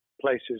places